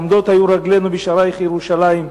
"עומדות היו רגלינו בשעריך ירושלם.